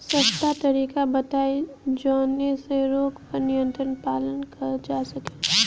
सस्ता तरीका बताई जवने से रोग पर नियंत्रण पावल जा सकेला?